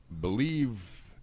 believe